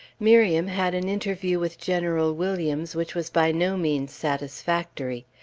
miriam had an interview with general williams, which was by no means satisfactory.